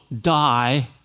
die